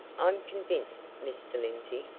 i'm convinced, mr. lindsey,